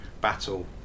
battle